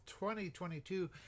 2022